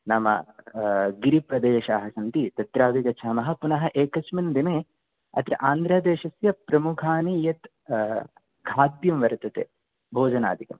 नाम गिरिप्रदेशाः सन्ति तत्रापि गच्छामः पुनः एकस्मिन् दिने अत्र आन्ध्रदेशस्य प्रमुखानि यत् खाद्यं वर्तते भोजनादिकं